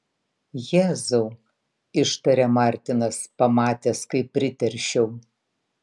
jėzau ištarė martinas pamatęs kaip priteršiau